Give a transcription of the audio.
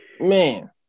Man